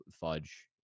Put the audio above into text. Fudge